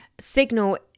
signal